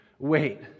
Wait